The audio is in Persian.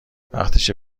وقتشه